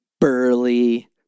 burly